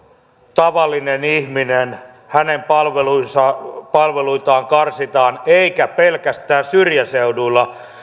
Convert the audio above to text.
tavallinen ihminen hänen palveluitaan karsitaan eikä pelkästään syrjäseuduilla